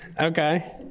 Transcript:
Okay